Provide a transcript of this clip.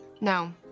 No